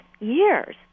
years